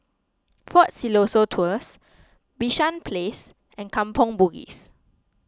fort Siloso Tours Bishan Place and Kampong Bugis